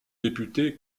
député